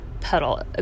pedal